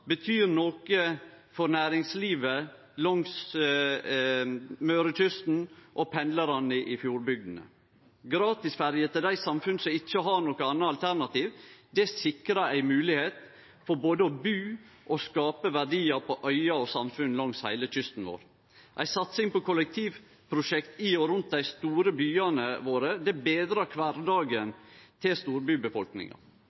betyr noko for næringslivet langs Mørekysten og pendlarane i fjordbygdene. Gratis ferje til dei samfunna som ikkje har noko anna alternativ, sikrar ei moglegheit for å både bu og skape verdiar på øyer og i samfunn langs heile kysten vår. Ei satsing på kollektivprosjekt i og rundt dei store byane våre betrar kvardagen til storbybefolkninga. Det